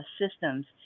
systems